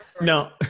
no